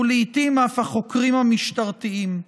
ולעיתים אף החוקרים המשטרתיים.